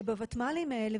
בוותמ"לים האלה,